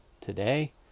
today